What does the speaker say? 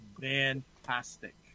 fantastic